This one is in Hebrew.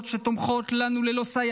שתומכות בנו ללא סייג.